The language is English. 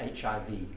HIV